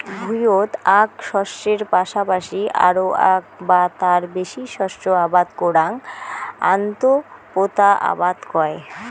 ভুঁইয়ত আক শস্যের পাশাপাশি আরো আক বা তার বেশি শস্য আবাদ করাক আন্তঃপোতা আবাদ কয়